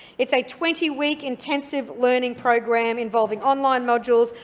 it's a twenty week intensive learning program involving online modules,